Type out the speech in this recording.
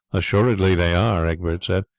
assuredly they are, egbert said.